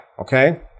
Okay